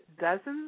dozens